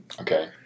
Okay